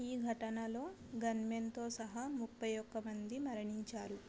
ఈ ఘటనలో గన్మెన్తో సహా ముప్పై ఒక్క మంది మరణించారు